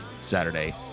Saturday